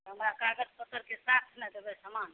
हमरा कागज पत्तरके साथ ने देबै समान